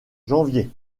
janvier